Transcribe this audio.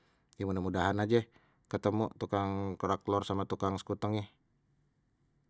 Ya mudah mudahan aje ketemu tukang kerak telor sama tukang sekutengnye.